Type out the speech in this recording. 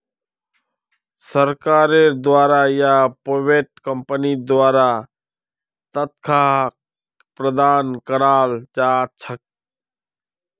सरकारेर द्वारा या प्राइवेट कम्पनीर द्वारा तन्ख्वाहक प्रदान कराल जा छेक